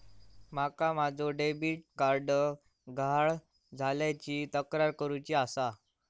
माका माझो debit card गहाळ झाल्याची तक्रार करुची आसा